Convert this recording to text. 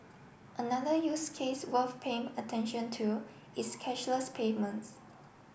another use case worth paying attention to is cashless payments